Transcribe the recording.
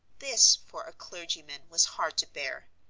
this, for a clergy man, was hard to bear.